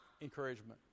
encouragement